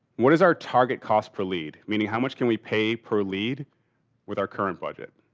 what is our target cost per lead? meaning how much can we pay per lead with our current budget?